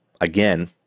again